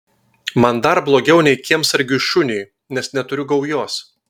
man dar blogiau nei kiemsargiui šuniui nes neturiu gaujos